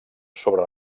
sobre